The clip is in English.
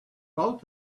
both